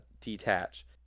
detach